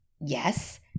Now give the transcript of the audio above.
Yes